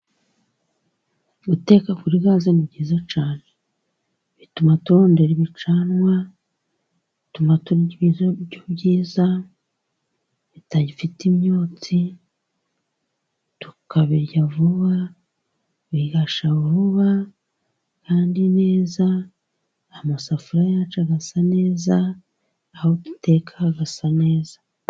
Guteka kuri gaze ni byiza cyane, bituma tubona ibicanwa, bituma turya ibiryo byiza bidafite imyotsi, tukabirya vuba, bigashya vuba kandi neza, amasafuriya yacu agasa neza aho duteka hagasa neza.